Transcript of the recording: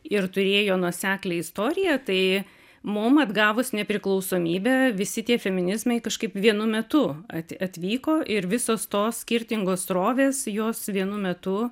ir turėjo nuoseklią istoriją tai mum atgavus nepriklausomybę visi tie feminizmai kažkaip vienu metu ati atvyko ir visos tos skirtingos srovės jos vienu metu